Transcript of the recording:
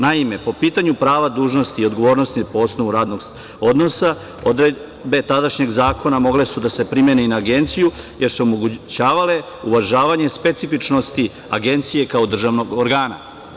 Naime, po pitanju prava, dužnosti, odgovornosti po osnovu radnog odnosa odredbe tadašnjeg zakona mogle su da se primene i na Agenciju jer su omogućavale uvažavanje specifičnosti Agencije kao državnog organa.